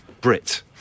Brit